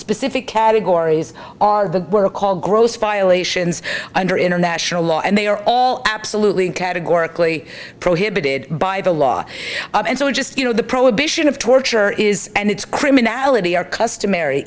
specific categories are the were called gross violations under international law and they are all absolutely categorically prohibited by the law and so just you know the prohibition of torture is and it's criminality or customary